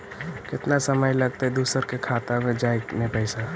केतना समय लगतैय दुसर के खाता में जाय में पैसा?